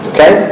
Okay